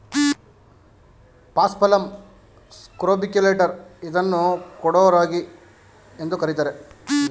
paspalum ಸ್ಕ್ರೋಬಿಕ್ಯುಲೇಟರ್ ಇದನ್ನು ಕೊಡೋ ರಾಗಿ ಎಂದು ಕರಿತಾರೆ